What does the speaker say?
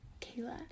Kayla